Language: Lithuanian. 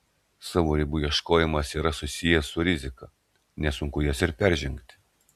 savo ribų ieškojimas yra susijęs su rizika nesunku jas ir peržengti